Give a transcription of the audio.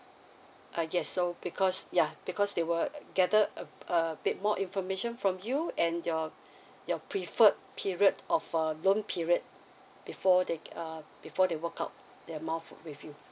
uh yes so because yeah because they were gather uh a bit more information from you and your your preferred period of a loan period before they um before they work out the amount with you